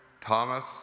Thomas